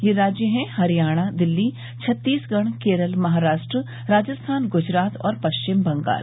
ये राज्य हैं हरियाणा दिल्ली छत्तीसगढ़ केरल महाराष्ट्र राजस्थान ग्जरात और पश्चिम बंगाल